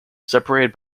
separated